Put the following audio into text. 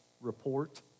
report